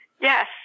yes